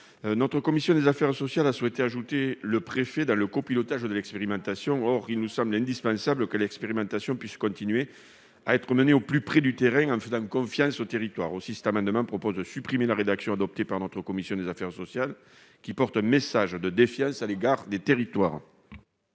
Notre commission des affaires sociales a souhaité ajouter le préfet dans le copilotage de l'expérimentation. Or il nous semble indispensable que celle-ci puisse continuer à être menée au plus près du terrain, en faisant confiance au territoire. Aussi, au travers de cet amendement, nous proposons de supprimer cette rédaction adoptée par la commission, qui porte un message de défiance à l'égard des territoires.